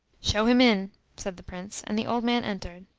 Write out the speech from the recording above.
show him in, said the prince and the old man entered.